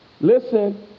Listen